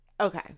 okay